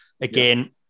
again